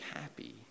happy